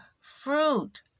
fruit